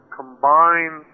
combine